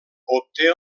obté